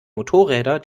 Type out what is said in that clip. motorräder